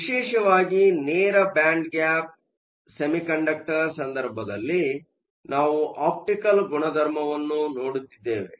ವಿಶೇಷವಾಗಿ ನೇರ band gap ಸೆಮಿಕಂಡಕ್ಟರ್ಗಳ ಸಂದರ್ಭದಲ್ಲಿ ನಾವು ಆಪ್ಟಿಕಲ್ ಗುಣಧರ್ಮವನ್ನು ನೋಡುತ್ತಿದ್ದೇವೆ